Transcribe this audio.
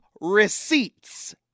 receipts